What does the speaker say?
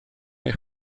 eich